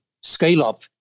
scale-up